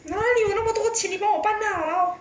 哪里有那么多钱你帮我办啊 !walao!